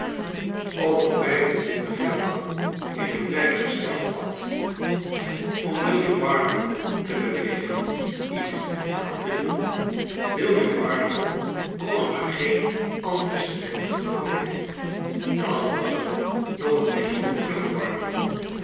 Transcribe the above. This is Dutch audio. ook al vijf en twintig jaar lang in bet werk gesteld bad om william barnacle te bewegen iets wel te doen william barnacle kon er maar geen antecedent voor vinden dan was er nog een bijzonder vlugge barnacle